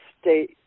state